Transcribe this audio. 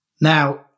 Now